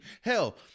hell